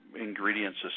ingredients